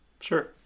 Sure